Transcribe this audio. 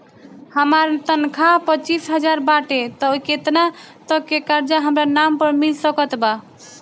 हमार तनख़ाह पच्चिस हज़ार बाटे त केतना तक के कर्जा हमरा नाम पर मिल सकत बा?